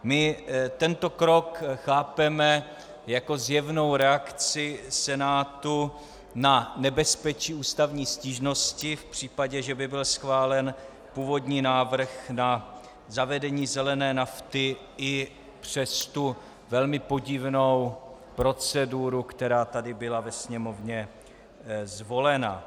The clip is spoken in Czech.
My tento krok chápeme jako zjevnou reakci Senátu na nebezpečí ústavní stížnosti v případě, že by byl schválen původní návrh na zavedení zelené nafty i přes tu velmi podivnou proceduru, která tady byla ve Sněmovně zvolena.